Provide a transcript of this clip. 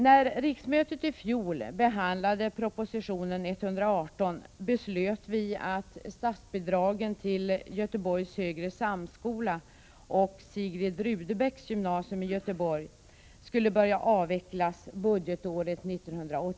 När riksmötet i fjol behandlade propositionen 118 beslöt vi att statsbidragen till Göteborgs högre samskola och Sigrid Rudebecks gymnasium i Göteborg skulle börja avvecklas budgetåret 1988/89.